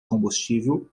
combustível